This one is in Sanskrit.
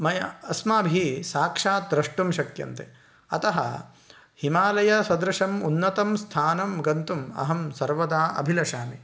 मया अस्माभिः साक्षात् द्रष्टुं शक्यन्ते अतः हिमालयसदृशम् उन्नतं स्थानं गन्तुम् अहं सर्वदा अभिलषामि